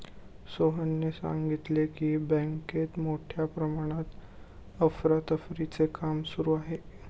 सोहनने सांगितले की, बँकेत मोठ्या प्रमाणात अफरातफरीचे काम सुरू आहे